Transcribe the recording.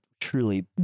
truly